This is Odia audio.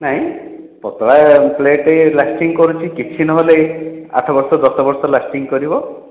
ନାଇଁ ପତଳା ପ୍ଲେଟ୍ ଲାଷ୍ଟିଂ କରୁଛି କିଛି ନହେଲେ ଆଠ ବର୍ଷ ଦଶ ବର୍ଷ ଲାଷ୍ଟିଂ କରିବ